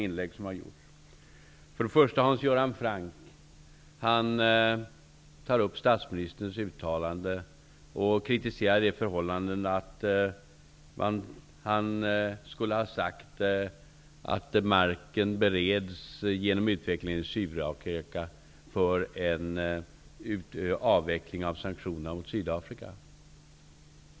Hans Göran Franck tar först upp statsministerns uttalande och kritiserar det förhållandet att han skulle ha sagt att marken bereds genom utvecklingen i Sydafrika för en avveckling av sanktionerna mot Sydafrika.